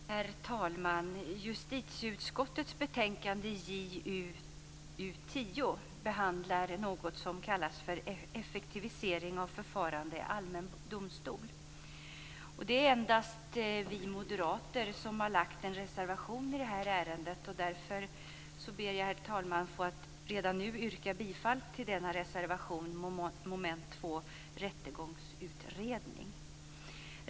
Herr talman! Justitieutskottets betänkande JuU10 behandlar något som kallas för effektivisering av förfarandet i allmän domstol. Det är endast vi moderater som har lämnat en reservation i det här ärendet, därför ber jag redan nu, herr talman, att få yrka bifall till denna reservation under mom. 2, rättegångsutredning.